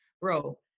bro